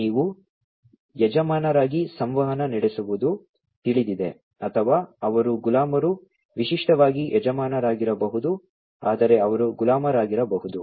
ನೀವು ಯಜಮಾನರಾಗಿ ಸಂವಹನ ನಡೆಸುವುದು ತಿಳಿದಿದೆ ಅಥವಾ ಅವರು ಗುಲಾಮರು ವಿಶಿಷ್ಟವಾಗಿ ಯಜಮಾನರಾಗಿರಬಹುದು ಆದರೆ ಅವರು ಗುಲಾಮರಾಗಿರಬಹುದು